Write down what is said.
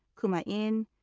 kuma inn,